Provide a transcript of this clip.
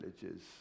villages